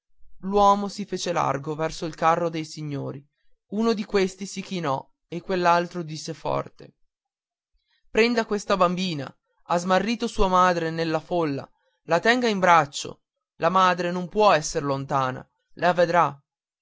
l'uomo si fece largo verso il carro dei signori uno di questi si chinò e quell'altro disse forte prenda questa bimba ha perduto sua madre nella folla la tenga in braccio la madre non può essere lontana e la vedrà